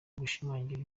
gushimangira